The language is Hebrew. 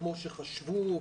כמו שחשבו,